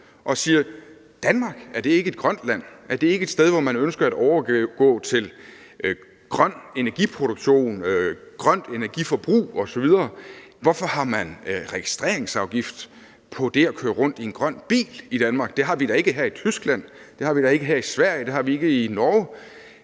et grønt land? Er det ikke et sted, hvor man ønsker at overgå til grøn energiproduktion, grønt energiforbrug osv.? Hvorfor har man registreringsafgift på det at køre rundt i en grøn bil i Danmark? Det har vi da ikke her i Tyskland, det har vi da ikke her i Sverige, det har vi ikke i Norge.